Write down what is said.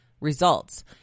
results